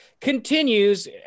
continues